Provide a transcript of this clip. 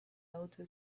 auto